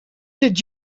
did